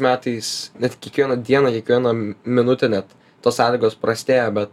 metais net kiekvieną dieną kiekvieną minutę net tos sąlygos prastėja bet